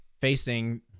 facing